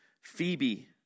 Phoebe